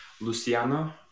Luciano